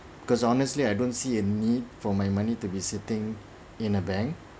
because honestly I don't see a need for my money to be sitting in a bank